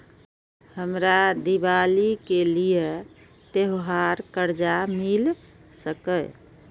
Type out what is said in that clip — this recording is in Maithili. हमरा दिवाली के लिये त्योहार कर्जा मिल सकय?